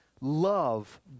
love